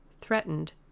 threatened